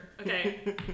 Okay